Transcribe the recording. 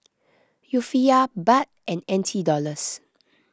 Rufiyaa Baht and N T Dollars